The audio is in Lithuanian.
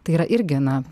tai yra irgi na